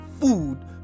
food